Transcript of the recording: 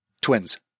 Twins